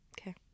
Okay